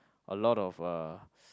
a lot of uh